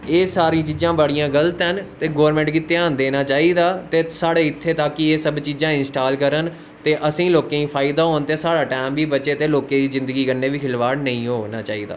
एह् सारी चीजां बड़ियां गलत ऐ न ते गोर्मेंट गी ध्यान देना चाहिदा ते साढ़े इत्थै तक कि एह् सब चीजां इंस्टाल करन ते असें लोकें गी फायदा होग ते साढ़ा टैम बी बचग ते केइयें दी जिंदगी कन्नै खिलबाड़ बी नेई होग